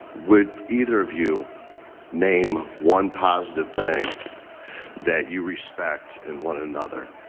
would either of you name one positive thing that you respect in one another?